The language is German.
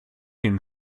den